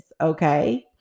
Okay